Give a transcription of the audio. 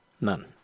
none